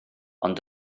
ond